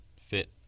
fit